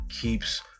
keeps